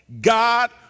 God